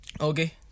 Okay